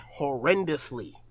horrendously